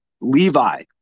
Levi